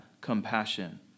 compassion